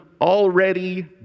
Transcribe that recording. already